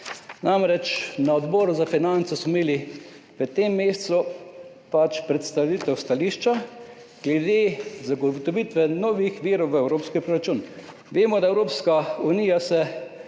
Namreč, na Odboru za finance smo imeli v tem mesecu predstavitev stališča glede zagotovitve novih virov v evropski proračun. Vemo, da se Evropska unija od